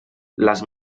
les